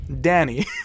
Danny